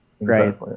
right